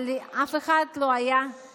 אבל אף אחד לא היה,